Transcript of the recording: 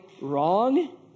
wrong